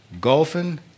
golfing